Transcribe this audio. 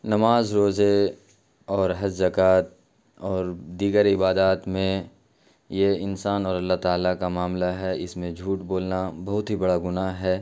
نماز روزے اور حز جکات اور دیگر عبادات میں یہ انسان اور اللہ تعالیٰ کا معاملہ ہے اس میں جھوٹ بولنا بہت ہی بڑا گناہ ہے